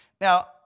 Now